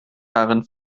darin